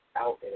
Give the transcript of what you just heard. out